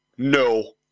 No